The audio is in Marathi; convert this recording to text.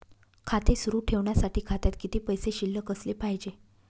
खाते सुरु ठेवण्यासाठी खात्यात किती पैसे शिल्लक असले पाहिजे?